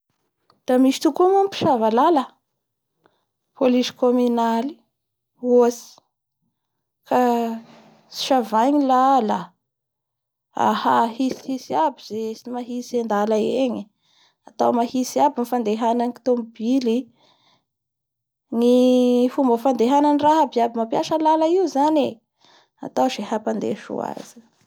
La misy tokoa moa ny mpisava lala police communale ohatsy ha- savay ny lala aha-ahitsihitsy aby izay tsy mahintsy andala engy atao mahintsy aby ny fandehanan'ny tomobily ny fomba fandefasan'ny raha abiaby mampiasa lala io zany e!atao ze hampandeha soa azy.